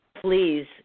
please